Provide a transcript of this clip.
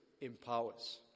empowers